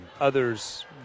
others